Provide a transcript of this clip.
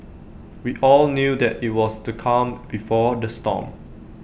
we all knew that IT was the calm before the storm